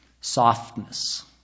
softness